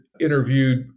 interviewed